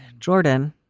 jordan,